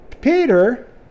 Peter